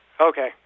Okay